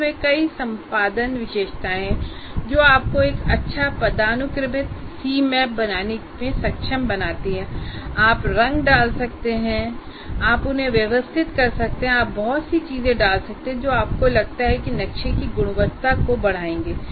इसमें कई संपादन विशेषताएं हैं जो आपको एक अच्छा पदानुक्रमित Cmap बनाने में सक्षम बनाती हैं आप रंग डाल सकते हैं आप उन्हें व्यवस्थित कर सकते हैं आप बहुत सी चीजें डाल सकते हैं जो आपको लगता है कि नक्शे की गुणवत्ता को बढ़ाएंगे